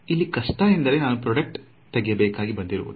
ಇಲ್ಲಿ ಕಷ್ಟ ಎಂದರೆ ನಾನು ಪ್ರೊಡ್ಯೂಕ್ಟ್ ತೆಗೆಯಬೇಕಾಗಿ ಬಂದಿರುವುದು